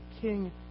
king